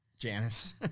Janice